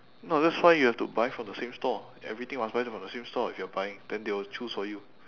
no that's why you have to buy from the same store everything must buy the from the same store if you are buying then they will choose for you